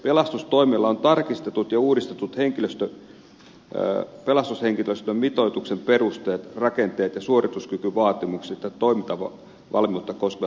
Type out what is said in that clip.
pelastustoimella on tarkistetut ja uudistetut pelastushenkilöstön mitoituksen perusteet rakenteet ja suorituskykyvaatimukset ja toimintavalmiutta koskevat ohjeet